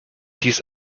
dies